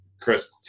Chris